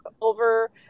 over